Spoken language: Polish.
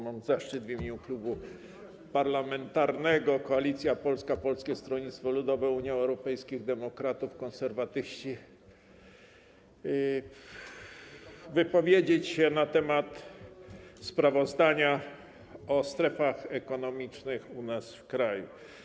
Mam zaszczyt w imieniu Klubu Parlamentarnego Koalicja Polska - Polskie Stronnictwo Ludowe, Unia Europejskich Demokratów, Konserwatyści wypowiedzieć się na temat sprawozdania o strefach ekonomicznych w kraju.